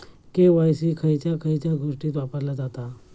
KYC खयच्या खयच्या गोष्टीत वापरला जाता?